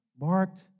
marked